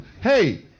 Hey